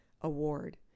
Award